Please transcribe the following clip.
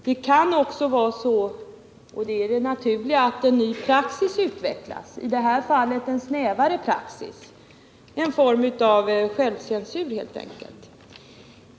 Det kan också vara så — och det är det naturliga — att en ny praxis utvecklas, i det här fallet en snävare praxis, en form av självcensur helt enkelt.